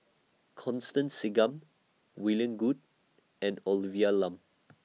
Constance Singam William Goode and Olivia Lum